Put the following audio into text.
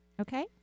Okay